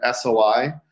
soi